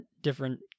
different